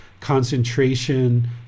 concentration